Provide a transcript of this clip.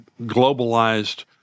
globalized